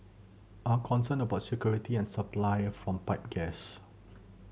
are concerned about security and supply from pipe gas